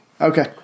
Okay